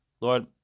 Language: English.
Lord